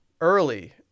Early